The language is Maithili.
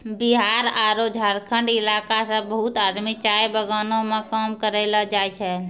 बिहार आरो झारखंड इलाका सॅ बहुत आदमी चाय बगानों मॅ काम करै ल जाय छै